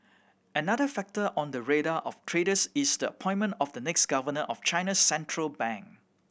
another factor on the radar of traders is the appointment of the next governor of China's central bank